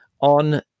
on